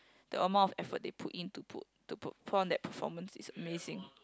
the amount of effort they put in to put to put put on that performance is amazing